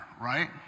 right